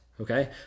okay